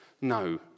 No